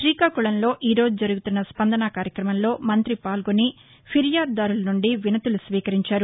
శ్రీకాకుళంలో ఈ రోజు జరుగుతున్న స్పందన కార్యక్రమంలో మంతి పాల్గొని ఫిర్యాదుదారుల నుండి వినతులు స్వీకరించారు